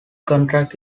contract